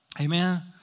Amen